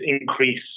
increase